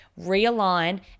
realign